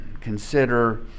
Consider